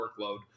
workload